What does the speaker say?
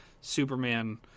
Superman